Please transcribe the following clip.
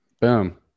Boom